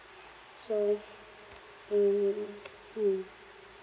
so mm mm